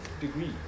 degree